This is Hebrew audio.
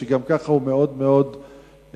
שגם כך הוא מאוד-מאוד רגיש,